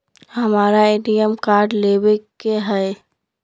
हमारा ATM card लेव के हई